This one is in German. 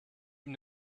ihm